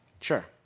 Sure